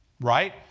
Right